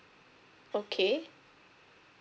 okay